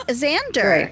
xander